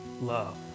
love